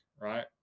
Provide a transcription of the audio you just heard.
right